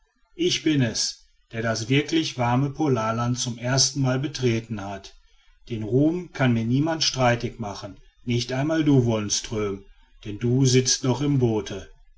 ich bin es der das wirklich warme polarland zum ersten mal betreten hat den ruhm kann mir niemand streitig machen nicht einmal du wonström denn du sitzest noch im boote